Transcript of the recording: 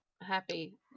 Happy